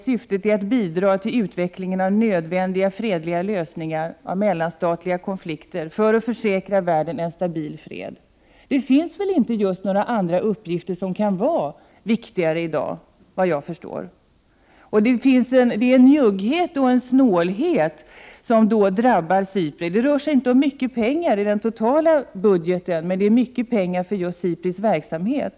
Syftet är att bidra till utveckling av nödvändiga fredliga lösningar av mellanstatliga konflikter för att försäkra världen en stabil fred. Det finns väl såvitt jag förstår just inte några andra uppgifter som kan vara viktigare i dag. Det är njugghet och snålhet som drabbar SIPRI. Det rör sig inte om mycket pengar i den totala budgeten, men det är mycket pengar för SIPRI:s verksamhet.